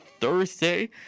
Thursday